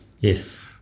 Yes